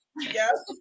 Yes